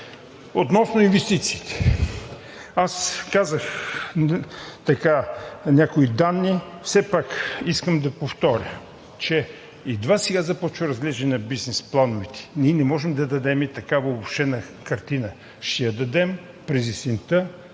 Относно инвестициите. Аз казах някои данни. Все пак искам да повторя, че едва сега започва разглеждане на бизнес плановете. Ние не можем да дадем такава обобщена картина. Ще я дадем през есента